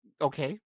Okay